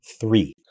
Three